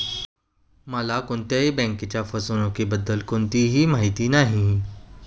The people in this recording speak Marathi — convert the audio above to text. मला कोणत्याही बँकेच्या फसवणुकीबद्दल कोणतीही माहिती नाही